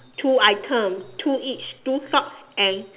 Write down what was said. two items two each two socks and